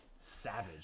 Savage